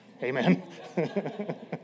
Amen